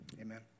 Amen